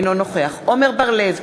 אינו נוכח עמר בר-לב,